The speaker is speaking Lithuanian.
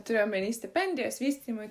turiu omeny stipendijos vystymui